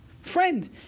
friend